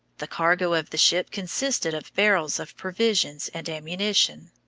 the cargo of the ship consisted of barrels of provisions and ammunition.